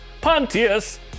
Pontius